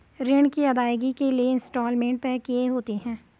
ऋण की अदायगी के लिए इंस्टॉलमेंट तय किए होते हैं